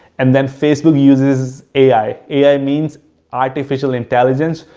and then facebook uses ai, ai means artificial intelligence,